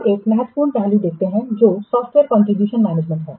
अब हम महत्वपूर्ण पहलू देखते हैं जो सॉफ्टवेयर कंट्रीब्यूशन मैनेजमेंट है